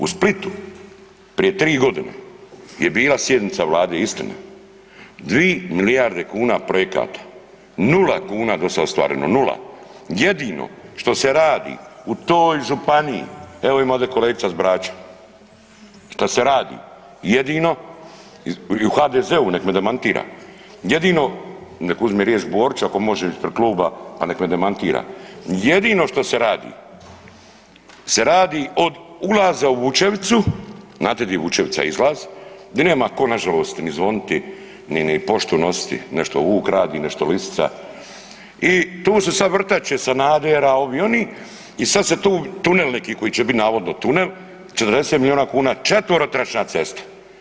U Splitu prije 3.g. je bila sjednica vlade istina, 2 milijarde kuna projekata, 0 kuna dosad ostvareno, 0. Jedino što se radi u toj županiji, evo ima ovde kolegica s Brača, šta se radi jedino i u HDZ-u nek me demantira, jedino, nek uzme riječ Boriću ako može ispred kluba, pa nek me demantira, jedino što se radi se radi od ulaza u Vučevicu, znate di je Vučevica izlaz, di nema ko nažalost ni zvoniti, ni, ni poštu nositi, nešto vuk radi, nešto lisica i tu su sad vrtače Sanadera, ovi, oni i sad se tu tunel neki koji će bit navodno tunel, 40 milijuna kuna četverotračna cesta.